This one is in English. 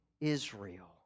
Israel